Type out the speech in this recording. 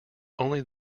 only